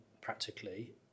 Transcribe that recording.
practically